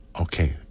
Okay